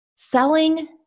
selling